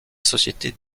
société